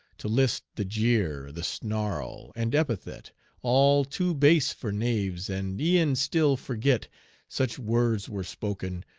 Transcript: to list the jeer, the snarl, and epithet all too base for knaves, and e'en still forget such words were spoken,